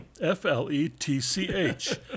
F-L-E-T-C-H